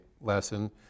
lesson